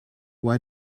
why